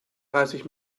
dreißig